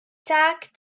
tack